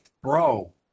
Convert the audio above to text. bro